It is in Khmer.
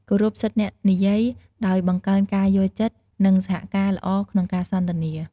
គោរពសិទ្ធិអ្នកនិយាយ ដោយបង្កើនការយល់ចិត្ត និងសហការល្អក្នុងការសន្ទនា។